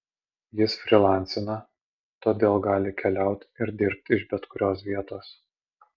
jis frylancina todėl gali keliaut ir dirbt iš bet kurios vietos